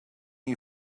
you